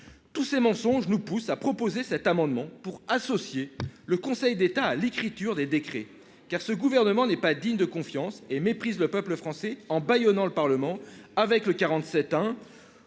Tous ces mensonges nous poussent à proposer cet amendement pour associer le Conseil d'État à l'écriture des décrets. Car ce gouvernement n'est pas digne de confiance et méprise le peuple français en bâillonnant le Parlement avec l'article